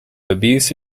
abuse